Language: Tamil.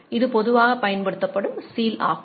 இது பொதுவாக பயன்படுத்தப்படும் சீல் ஆகும்